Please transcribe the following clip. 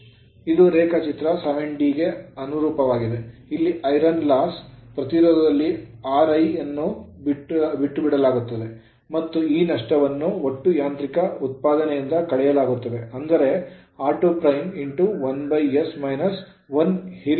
ಇದು ರೇಖಾಚಿತ್ರ 7ಗೆ ಅನುರೂಪವಾಗಿದೆ ಅಲ್ಲಿ iron loss ಕಬ್ಬಿಣದ ನಷ್ಟ ಪ್ರತಿರೋಧದಲ್ಲಿ Ri ಯನ್ನು ಬಿಟ್ಟುಬಿಡಲಾಗುತ್ತದೆ ಮತ್ತು ಈ ನಷ್ಟವನ್ನು ಒಟ್ಟು ಯಾಂತ್ರಿಕ ಉತ್ಪಾದನೆಯಿಂದ ಕಳೆಯಲಾಗುತ್ತದೆ ಅಂದರೆ r2' 1s - 1